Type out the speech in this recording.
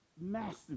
massive